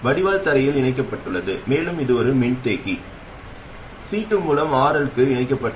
வடிகால் தரையில் இணைக்கப்பட்டுள்ளது மேலும் இது ஒரு மின்தேக்கி C2 மூலம் RL க்கு இணைக்கப்பட்டுள்ளது